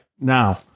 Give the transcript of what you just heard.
Now